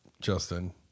Justin